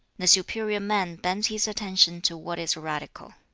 the superior man bends his attention to what is radical.